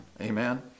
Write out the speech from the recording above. Amen